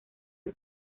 del